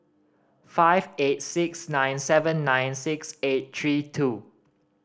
five eight six nine seven nine six eight three two